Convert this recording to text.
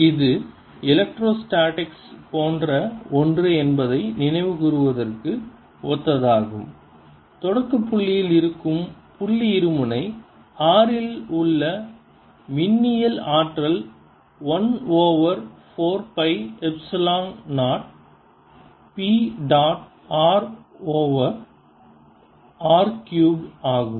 Ar04πmrr3 இது எலக்ட்ரோஸ்டேடிக்ஸைப் போன்ற ஒன்று என்பதை நினைவுகூருவதற்கு ஒத்ததாகும் தொடக்கப் புள்ளியில் இருக்கும் புள்ளி இருமுனை r இல் உள்ள மின்னியல் ஆற்றல் 1 over 4 pi epsilon 0 P dot r over r cube ஆகும்